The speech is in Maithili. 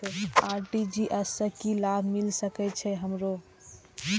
आर.टी.जी.एस से की लाभ मिल सके छे हमरो?